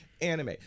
anime